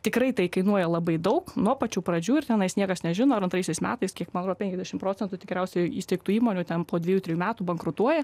tikrai tai kainuoja labai daug nuo pačių pradžių ir tenais niekas nežino ar antraisiais metais kiek man atrodo penkiasdėšim procentų tikriausiai įsteigtų įmonių ten po dvejų trejų metų bankrutuoja